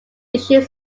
issues